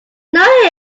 know